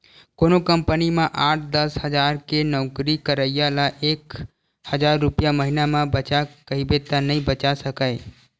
कोनो कंपनी म आठ, दस हजार के नउकरी करइया ल एक हजार रूपिया महिना म बचा कहिबे त नइ बचा सकय